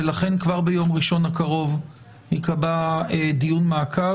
ולכן כבר ביום ראשון הקרוב יקבע דיון מעקב,